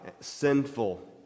Sinful